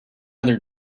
other